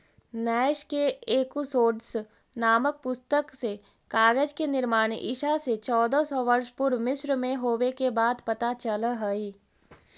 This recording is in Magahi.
नैश के एकूसोड्स् नामक पुस्तक से कागज के निर्माण ईसा से चौदह सौ वर्ष पूर्व मिस्र में होवे के बात पता चलऽ हई